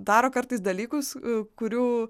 daro kartais dalykus kurių